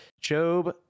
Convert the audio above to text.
Job